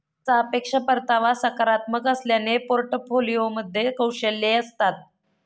सापेक्ष परतावा सकारात्मक असल्याने पोर्टफोलिओमध्ये कौशल्ये असतात